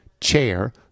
chair